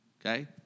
okay